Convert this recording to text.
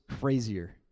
crazier